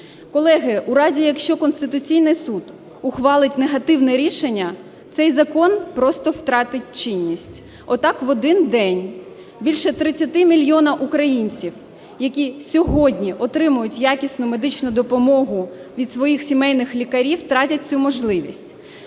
Колеги, в разі, якщо Конституційний Суд ухвалить негативне рішення, цей закон просто втратить чинність. От так в один день більше 30 мільйонів українців, які сьогодні отримують якісну медичну допомогу від своїх сімейних лікарів, втратять цю можливість.